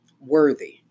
worthy